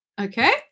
Okay